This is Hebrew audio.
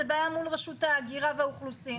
זו בעיה מול רשות ההגירה והאוכלוסין.